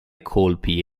colpi